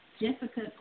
Jessica